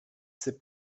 ses